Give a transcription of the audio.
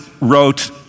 wrote